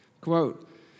Quote